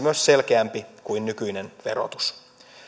myös selkeämpi kuin nykyinen verotus